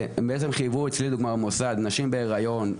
אצלי במוסד חייבו נשים בהריון,